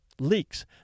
leaks